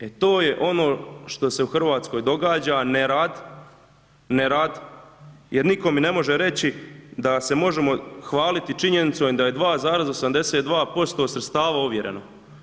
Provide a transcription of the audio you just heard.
E, to je ono što se u RH događa, nerad, nerad jer nitko mi ne može reći da se možemo hvaliti činjenicom da je 2,82% sredstava ovjereno.